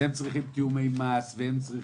שהם צריכים תיאומי מס וכולי.